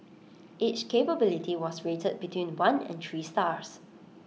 each capability was rated between one and three stars